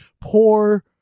poor